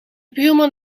buurman